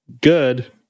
Good